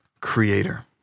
creator